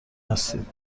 هستید